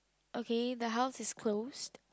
okay the house is closed